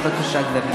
בבקשה, גברתי.